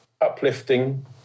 uplifting